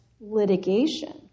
litigation